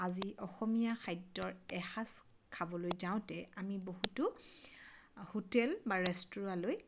আজি অসমীয়া খাদ্যৰ এসাঁজ খাবলৈ যাওঁতে আমি বহুতো হোটেল বা ৰেষ্টোৰালৈ